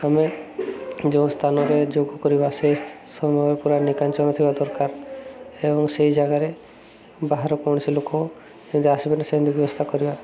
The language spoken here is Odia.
ଆମେ ଯେଉଁ ସ୍ଥାନରେ ଯୋଗ କରିବା ସେଇ ସମୟରେ ପୁରା ନିକାଞ୍ଚନ ଥିବା ଦରକାର ଏବଂ ସେଇ ଜାଗାରେ ବାହାର କୌଣସି ଲୋକ ଯେମିତି ଆସିବେନି ସେମିତି ବ୍ୟବସ୍ଥା କରିବା